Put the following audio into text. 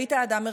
היית אדם ערכי.